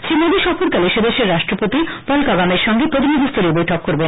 শ্রী মোদী সফরকালে সে দেশের রাষ্ট্রপতি পল কগামের সঙ্গে প্রতিনিধিস্তরীয় বৈঠক করবেন